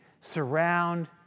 surround